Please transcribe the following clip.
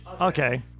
Okay